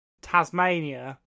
Tasmania